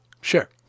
Sure